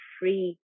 free